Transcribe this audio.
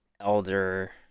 Elder